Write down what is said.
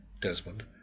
Desmond